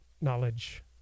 knowledge